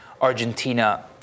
Argentina